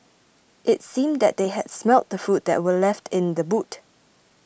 it seemed that they had smelt the food that were left in the boot